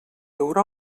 haurà